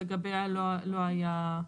אז אתה רוצה להצביע על פסקה (1) שלגביה לא היה.